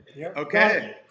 Okay